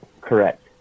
correct